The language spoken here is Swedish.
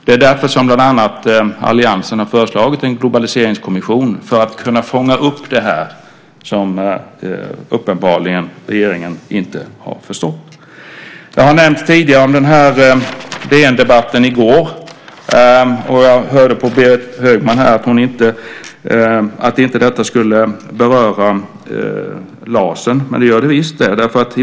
Det är därför som bland annat alliansen har föreslagit en globaliseringskommission för att kunna fånga upp det här som uppenbarligen regeringen inte har förstått. Jag har tidigare nämnt DN-debatten i går. Jag hörde på Berit Högman här att detta inte skulle beröra LAS, men det gör det visst.